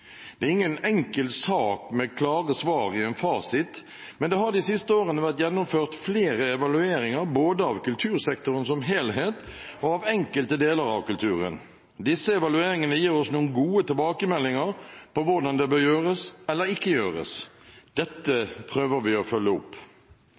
Det er ingen enkel sak med klare svar i en fasit, men det har de siste årene vært gjennomført flere evalueringer både av kultursektoren som helhet og av enkelte deler av kulturen. Disse evalueringene gir oss noen gode tilbakemeldinger på hvordan det bør gjøres eller ikke gjøres. Dette prøver vi å følge opp.